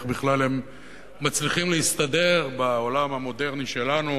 איך בכלל הם מצליחים להסתדר בעולם המודרני שלנו